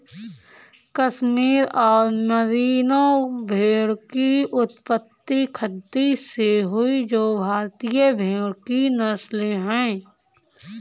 कश्मीर और मेरिनो भेड़ की उत्पत्ति गद्दी से हुई जो भारतीय भेड़ की नस्लें है